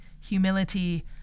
humility